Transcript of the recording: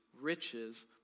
riches